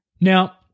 Now